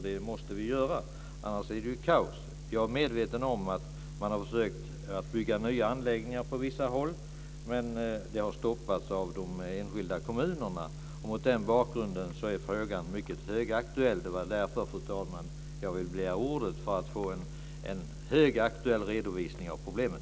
Det måste vi göra, annars blir det kaos. Jag är medveten om att man har försökt att bygga nya anläggningar på vissa håll. Men det har stoppats av de enskilda kommunerna. Mot den bakgrunden är frågan högaktuell. Det var därför, fru talman, jag ville begära ordet, för att få en högaktuell redovisning av problemet.